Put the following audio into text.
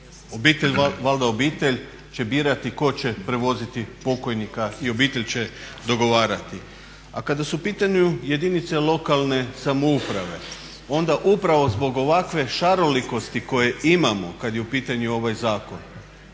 obitelj će birati tko će prevoziti pokojnika i obitelj će dogovarati. A kada su u pitanju jedinice lokalne samouprave onda upravo zbog ovakve šarolikosti koju imamo kad je u pitanju ovaj zakon